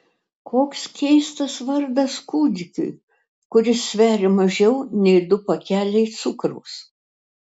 koks keistas vardas kūdikiui kuris sveria mažiau nei du pakeliai cukraus